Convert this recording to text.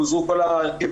פוזרו כל ההרכבים,